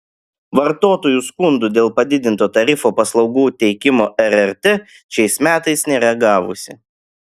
vartotojų skundų dėl padidinto tarifo paslaugų teikimo rrt šiais metais nėra gavusi